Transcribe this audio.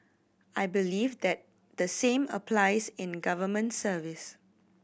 I believe that the same applies in government service